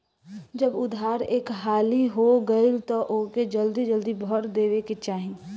जब उधार एक हाली हो गईल तअ ओके जल्दी जल्दी भर देवे के चाही